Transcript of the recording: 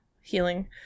healing